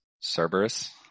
Cerberus